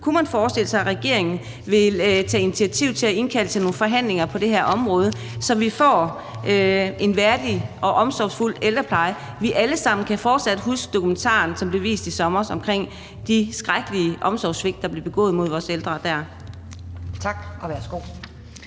Kunne man forestille sig, at regeringen vil tage initiativ til at indkalde til nogle forhandlinger på det her område, så vi får en værdig og omsorgsfuld ældrepleje? Vi kan alle sammen fortsat huske TV 2-dokumentaren, som blev vist i sommer, der viste nogle skrækkelige omsorgssvigt, der blev begået mod vores ældre. Kl.